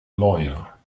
lawyer